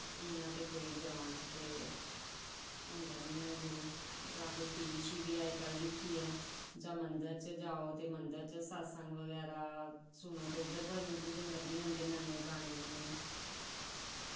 इ'यां ते कोई ग्रांऽ च केह् होंदा निं ऐ गुरू जां कोई टी वी अजकल्ल दिक्खियै जां मंदर च जाओ ते मंदर च सत्संग बगैरा सुनो ते उद्धर भजन लब्भी जंदे न गाने गी